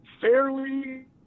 fairly